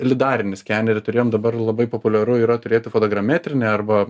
lidarinį skenerį turėjom dabar labai populiaru yra turėti fotogrametrinį arba